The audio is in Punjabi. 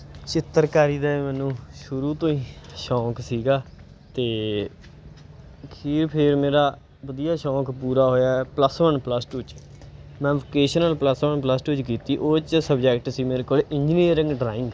ਚਿੱਤਰਕਾਰੀ ਦਾ ਮੈਨੂੰ ਸ਼ੁਰੂ ਤੋਂ ਹੀ ਸ਼ੌਕ ਸੀਗਾ ਅਤੇ ਅਖੀਰ ਫੇਰ ਮੇਰਾ ਵਧੀਆ ਸ਼ੌਕ ਪੂਰਾ ਹੋਇਆ ਪਲਸ ਵਨ ਪਲਸ ਟੂ 'ਚ ਮੈਂ vocational plus one plus two 'ਚ ਕੀਤੀ ਉਹ 'ਚ ਸਬਜੈਕਟ ਸੀ ਮੇਰੇ ਕੋਲ ਇੰਜਨੀਅਰਿੰਗ ਡਰਾਇੰਗ